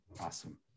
Awesome